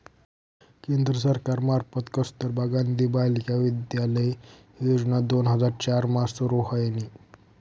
केंद्र सरकार मार्फत कस्तुरबा गांधी बालिका विद्यालय योजना दोन हजार चार मा सुरू व्हयनी